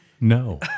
No